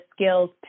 skills